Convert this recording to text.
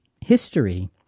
history